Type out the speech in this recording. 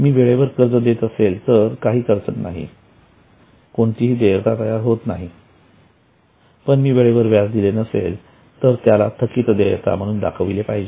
मी वेळेवर कर्ज देत असेल तर काहीच अडचण नाही कोणतीच देयता तयार होत नाही पण जर मी वेळेवर व्याज दिले नसेल तर त्याला थकित देयता म्हणून दाखवले पाहिजे